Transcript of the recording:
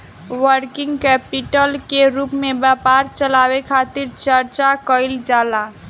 working capital के रूप में व्यापार चलावे खातिर चर्चा कईल जाला